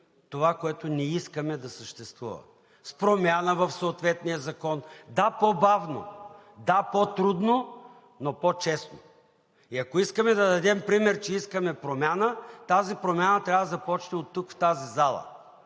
това, което не искаме да съществува – с промяна в съответния закон. Да, по-бавно, да, по-трудно, но по-честно. И ако искаме да дадем пример, че искаме промяна, тази промяна трябва да започне оттук в тази зала.